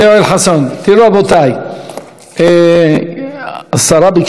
תראו, רבותיי, השרה ביקשה ועדה.